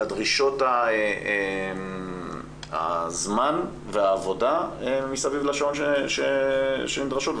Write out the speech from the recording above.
לדרישות הזמן והעבודה מסביב לשעון שנדרשות,